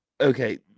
okay